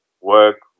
work